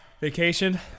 Vacation